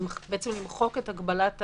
בעצם למחוק את ההגבל.